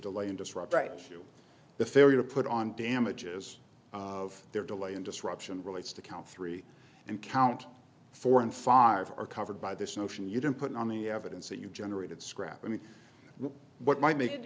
delay and disrupt right the failure to put on damages of their delay and disruption relates to count three and count four and five are covered by this notion you don't put on the evidence that you generated scrap i mean what might make